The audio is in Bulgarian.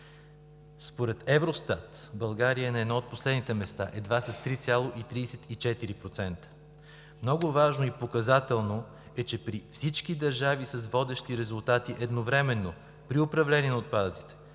Според Евростат България е на едно от последните места – едва с 3,34%. Много важно и показателно е, че при всички държави с водещи резултати – едновременно при управление на отпадъците,